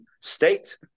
state